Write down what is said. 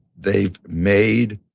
they've made